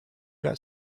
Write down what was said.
got